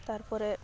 ᱛᱟᱨᱯᱚᱨᱮ